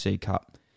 Cup